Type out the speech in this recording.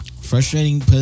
Frustrating